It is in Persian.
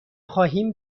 خواهیم